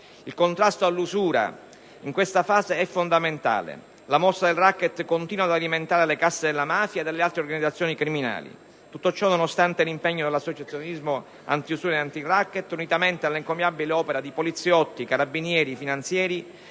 Il contrasto all'usura in questa fase è fondamentale. La morsa del racket continua ad alimentare le casse della mafia e delle altre organizzazioni criminali. Tutto ciò avviene nonostante l'impegno dell'associazionismo antiusura e antiracket, unitamente all'encomiabile opera di poliziotti, carabinieri, finanzieri,